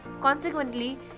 Consequently